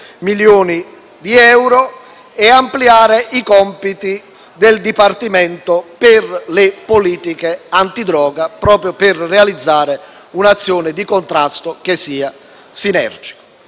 milioni di euro, e di ampliare i compiti del Dipartimento per le politiche antidroga, proprio per realizzare un'azione di contrasto che sia sinergica.